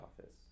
office